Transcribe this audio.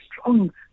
strong